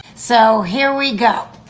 so here we go.